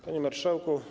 Panie Marszałku!